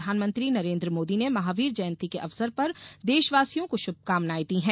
प्रधानमंत्री नरेन्द्र मोदी ने महावीर जयंती के अवसर पर देशवासियों को शुभकामनाएं दी हैं